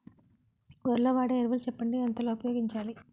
వరిలో వాడే ఎరువులు చెప్పండి? ఎంత లో ఉపయోగించాలీ?